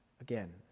again